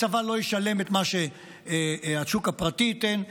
הצבא לא ישלם את מה שהשוק הפרטי ייתן,